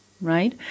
right